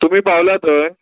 तुमी पावला थंय